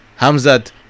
hamzat